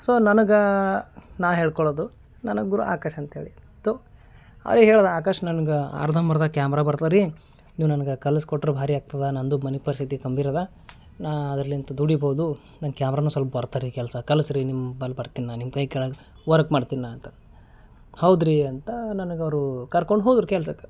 so ನನ್ಗ ನಾ ಹೇಳ್ಕೊಳೋದು ನನಗೆ ಗುರು ಆಕಾಶ್ ಅಂತ್ಹೇಳಿ ತೊ ಅದೇ ಹೇಳ್ದ ಆಕಾಶ್ ನನ್ಗ ಅರ್ಧಂಬರ್ಧ ಕ್ಯಾಮ್ರ ಬರ್ತದ್ರೀ ನೀವು ನನ್ಗ ಕಲ್ಸ್ಕೊಟ್ರ ಭಾರಿಯಾಗ್ತದ ನನ್ನದು ಮನೆ ಪರಿಸ್ಥಿತಿ ಗಂಭೀರದ ನಾ ಅದ್ರಲ್ಲಿಂತ ದುಡಿಬೋದು ನಂಗೆ ಕ್ಯಾಮ್ರನು ಸೊಲ್ಪ್ ಬರ್ತದ್ರೀ ಕೆಲಸ ಕಲ್ಸ್ರೀ ನಿಮ್ಮ ಬಲ್ ಬರ್ತಿನ್ ನಾನು ನಿಮ್ಮ ಕೈ ಕೆಳಗೆ ವರ್ಕ್ ಮಾಡ್ತೀನಿ ನಾ ಅಂತ ಹೌದ್ರೀ ಅಂತ ನನ್ಗ ಅವರು ಕರ್ಕೊಂಡು ಹೋದರು ಕೆಲ್ಸಕ್ಕೆ